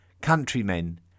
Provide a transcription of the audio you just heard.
countrymen